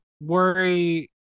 worry